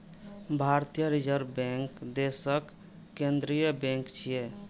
भारतीय reserve bank देशक केंद्रीय बैंक छियै